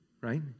right